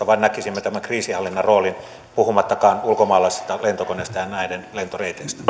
vaan näkisimme tämän kriisinhallinnan roolin puhumattakaan ulkomaalaisista lentokoneista ja niiden lentoreiteistä